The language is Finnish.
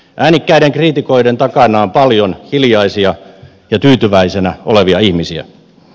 äänekkäiden kriitikoiden takana on paljon hiljaisia ja tyytyväisenä olevia ihmisiä